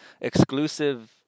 exclusive